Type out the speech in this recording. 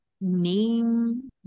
name